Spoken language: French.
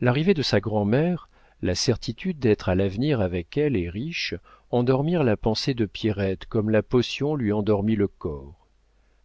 l'arrivée de sa grand'mère la certitude d'être à l'avenir avec elle et riche endormirent la pensée de pierrette comme la potion lui endormit le corps